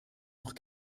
noch